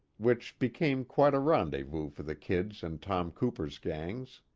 which became quite a rendezvous for the kid's and tom cooper's gangs.